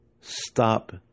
stop